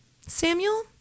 Samuel